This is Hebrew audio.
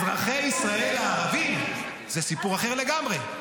אזרחי ישראל הערבים זה סיפור אחר לגמרי.